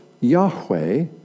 Yahweh